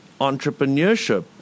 entrepreneurship